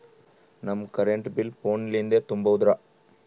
ನಮ್ current bill ಫೋನ ಲಿಂದೇ ತುಂಬೌದ್ರಾ?